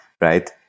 right